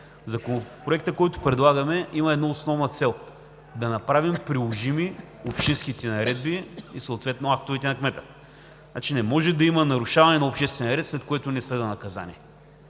Законопроектът, който предлагаме, има една основна цел – да направим приложими общинските наредби и съответно актовете на кмета. Не може да има нарушаване на обществения ред, след което не следва наказание.